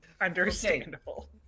Understandable